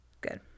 Good